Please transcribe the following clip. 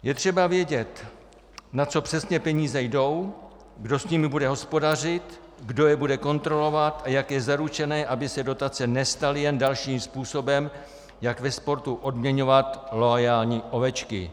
Je třeba vědět, na co přesně peníze jdou, kdo s nimi bude hospodařit, kdo je bude kontrolovat a jak je zaručené, aby se dotace nestaly jen dalším způsobem, jak ve sportu odměňovat loajální ovečky.